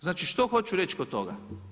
Znači što hoću reći oko toga?